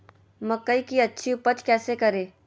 मकई की अच्छी उपज कैसे करे?